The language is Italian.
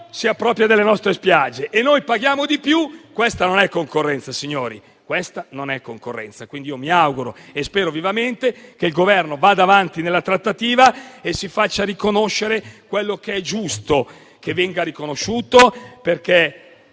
si appropria delle nostre spiagge e noi paghiamo di più, questa non è concorrenza. Pertanto mi auguro e spero vivamente che il Governo vada avanti nella trattativa e si faccia riconoscere quello che è giusto che venga riconosciuto, perché